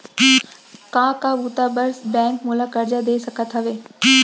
का का बुता बर बैंक मोला करजा दे सकत हवे?